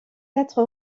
quatre